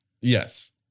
Yes